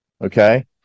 Okay